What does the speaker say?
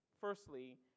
Firstly